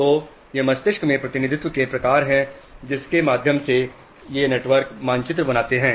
तो ये मस्तिष्क में प्रतिनिधित्व के प्रकार हैं जिसके माध्यम से ये नेटवर्क मानचित्र बनाते हैं